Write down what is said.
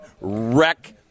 wreck